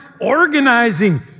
organizing